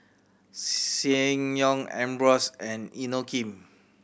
Ssangyong Ambros and Inokim